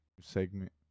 segment